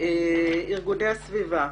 ארגוני הסביבה.